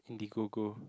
Indigo go